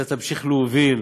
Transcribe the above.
ישראל תמשיך להוביל